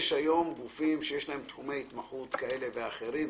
יש היום גופים שיש להם תחומי התמחות כאלה ואחרים,